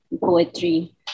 poetry